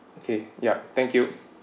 okay yup thank you